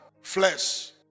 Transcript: flesh